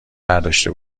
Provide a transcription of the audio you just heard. برداشته